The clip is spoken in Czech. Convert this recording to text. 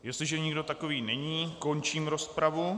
Jestliže nikdo takový není, končím rozpravu.